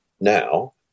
now